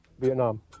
Vietnam